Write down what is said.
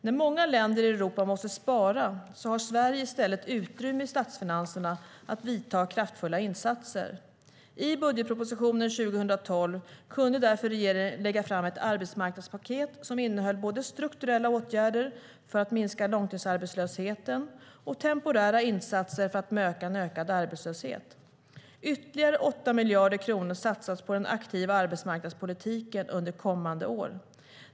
När många länder i Europa måste spara har Sverige i stället utrymme i statsfinanserna för att vidta kraftfulla insatser. I budgetpropositionen 2012 kunde därför regeringen lägga fram ett arbetsmarknadspaket som innehöll både strukturella åtgärder för att minska långtidsarbetslösheten och temporära insatser för att möta en ökad arbetslöshet. Ytterligare 8 miljarder kronor satsas på den aktiva arbetsmarknadspolitiken under kommande år.